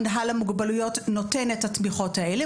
מינהל המוגבלויות נותן את התמיכות האלה,